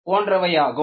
போன்றவையாகும்